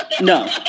No